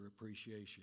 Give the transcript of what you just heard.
appreciation